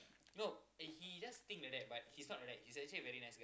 no eh he just think like that but he's not like that he's actually a very nice guy